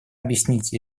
объяснить